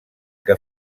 que